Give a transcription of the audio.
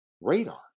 radar